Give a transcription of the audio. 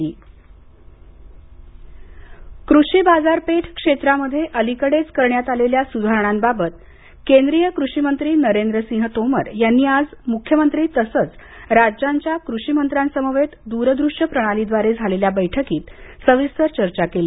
केंद्रीय कषी मत्री कृषी बाजारपेठ क्षेत्रामध्ये अलीकडेच करण्यात आलेल्या सुधारणांबाबत केंद्रीय कृषिमंत्री नरेंद्र सिंह तोमर यांनी आज मुख्यमंत्री तसंच राज्यांच्या कृषिमंत्र्यांसमवेत दूरदृश्य प्रणाली द्वारे झालेल्या बैठकीत सविस्तर चर्चा केली